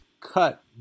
cut